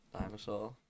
dinosaur